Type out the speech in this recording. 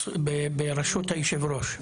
ברשות היושב-ראש.